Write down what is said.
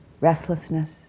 restlessness